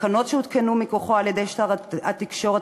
התקנות שהותקנו מכוחו על-ידי שר התקשורת,